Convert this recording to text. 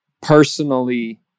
personally